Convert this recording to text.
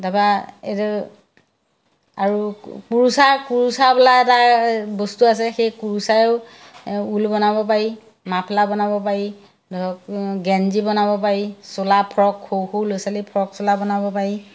তাপা এইটো আৰু কুৰোচা কুৰচা বোলা এটা বস্তু আছে সেই কুৰচায়েও ঊল বনাব পাৰি মাফলা বনাব পাৰি ধৰক গেঞ্জি বনাব পাৰি চোলা ফৰক সৰু সৰু ল'ৰা ছোৱালী ফৰক চোলা বনাব পাৰি